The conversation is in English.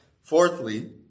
Fourthly